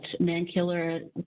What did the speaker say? Mankiller